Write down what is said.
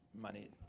money